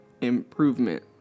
improvement